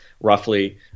roughly